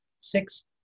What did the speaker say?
six